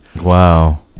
Wow